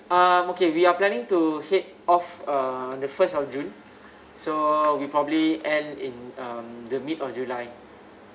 uh okay we are planning to head off uh the first of june so we probably end in um the mid of july